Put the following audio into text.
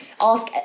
ask